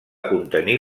contenir